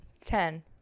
ten